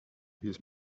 his